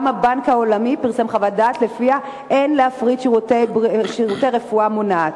גם הבנק העולמי פרסם חוות דעת שלפיה אין להפריט שירותי רפואה מונעת.